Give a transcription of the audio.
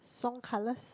song colours